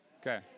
okay